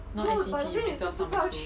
now S_E_P 也不需要上 school